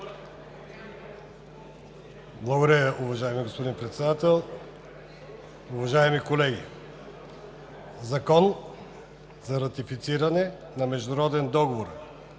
Благодаря Ви, уважаеми господин Председател. Уважаеми колеги! „ЗАКОН за ратифициране на международен договор